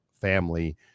family